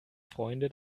freunde